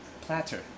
platter